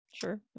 Sure